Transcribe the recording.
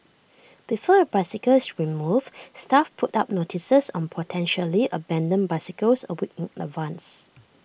before A bicycle is removed staff put up notices on potentially abandoned bicycles A week in advance